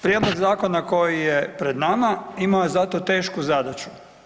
Prijedlog zakona koji je pred nama imao je zato tešku zadaću.